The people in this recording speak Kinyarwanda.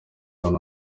hano